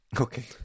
Okay